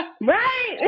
Right